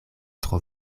tro